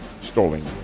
Stalling